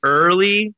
early